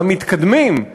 המתקדמים,